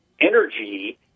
energy